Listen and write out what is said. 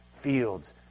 fields